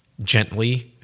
gently